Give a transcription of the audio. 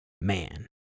man